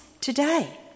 today